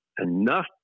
enough